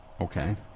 Okay